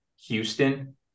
houston